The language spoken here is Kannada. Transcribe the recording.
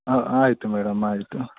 ಆಂ ಆಯಿತು ಮೇಡಮ್ ಆಯಿತು